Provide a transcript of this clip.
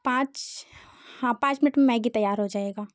पाँच हाँ पाँच मिनट में मैगी तैयार हो जाएगी